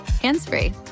hands-free